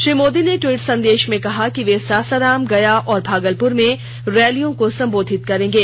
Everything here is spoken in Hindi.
श्री मोदी ने ट्वीट संदेश में कहा कि वे सासाराम गया और भागलपुर में रैलियों को संबोधित करेंगे